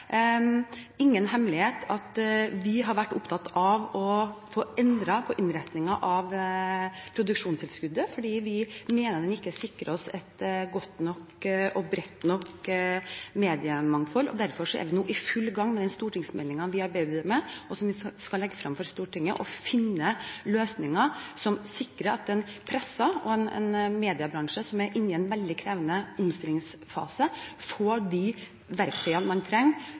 ingen hemmelighet at vi har vært opptatt av å få endret på innretningen av produksjonstilskuddet, fordi vi mener det ikke sikrer oss et godt nok og bredt nok mediemangfold. Derfor er vi nå i full gang med en stortingsmelding, som vi skal legge frem for Stortinget, hvor vi arbeider med å finne løsninger som sikrer at pressen og en mediebransje som er inne i en veldig krevende omstillingsfase, får de verktøyene de trenger